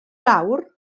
lawr